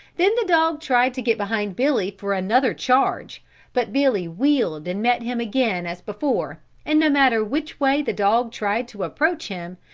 then the dog tried to get behind billy for another charge but billy wheeled and met him again as before and no matter which way the dog tried to approach him,